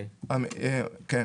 כן.